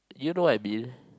you know what I mean